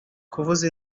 kuvuza